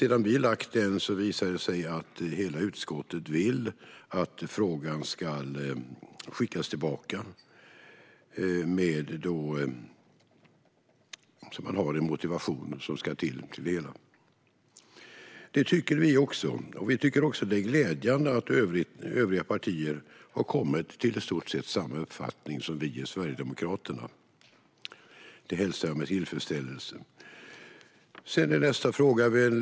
Sedan vi lade fram den har det visat sig att hela utskottet vill att frågan ska skickas tillbaka tillsammans med en motivation till det hela. Det tycker vi också, och vi tycker dessutom att det är glädjande att övriga partier har kommit till i stort sett samma uppfattning som vi i Sverigedemokraterna. Det hälsar jag med tillfredsställelse. Sedan inställer sig nästa fråga.